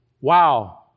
Wow